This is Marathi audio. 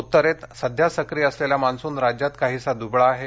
उत्तरेत सध्या सक्रीय असलेला मान्सून राज्यात काहीसा दुबळा आहे